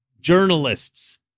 Journalists